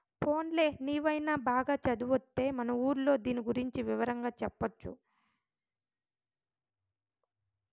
పోన్లే నీవైన బాగా చదివొత్తే మన ఊర్లో దీని గురించి వివరంగా చెప్పొచ్చు